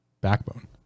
backbone